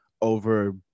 over